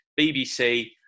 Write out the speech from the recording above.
BBC